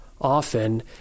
often